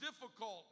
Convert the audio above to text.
difficult